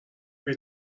اگه